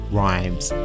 rhymes